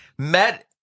Met